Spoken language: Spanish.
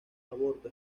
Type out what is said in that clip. aborto